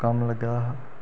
कम्म लग्गे दा हा